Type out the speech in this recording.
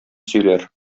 сөйләр